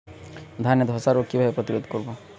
ধানে ধ্বসা রোগ কিভাবে প্রতিরোধ করব?